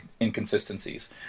inconsistencies